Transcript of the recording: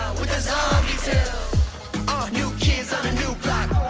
with a zombie tilt ah, new kids on a new block